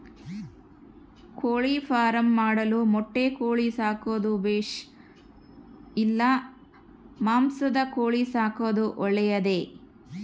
ಕೋಳಿಫಾರ್ಮ್ ಮಾಡಲು ಮೊಟ್ಟೆ ಕೋಳಿ ಸಾಕೋದು ಬೇಷಾ ಇಲ್ಲ ಮಾಂಸದ ಕೋಳಿ ಸಾಕೋದು ಒಳ್ಳೆಯದೇ?